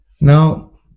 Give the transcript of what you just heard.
Now